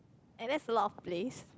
and that's a lot of place